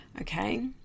okay